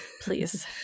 please